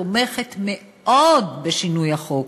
תומכת מאוד בשינוי החוק.